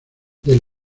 del